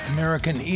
American